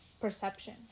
perception